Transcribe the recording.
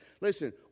Listen